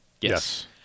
Yes